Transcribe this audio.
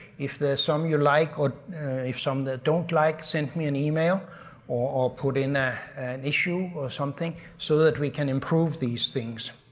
if there's some you like or if some you don't like, send me an email or put in ah an issue or something so that we can improve these things.